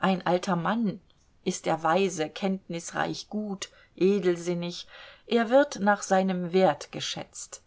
ein alter mann ist er weise kenntnisreich gut edelsinnig er wird nach seinem wert geschätzt